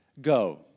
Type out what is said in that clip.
Go